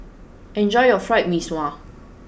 enjoy your fried mee sua